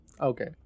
Okay